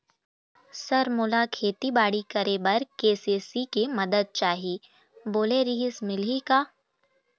Sir मोला खेतीबाड़ी करेबर के.सी.सी के मंदत चाही बोले रीहिस मिलही का?